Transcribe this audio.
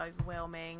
overwhelming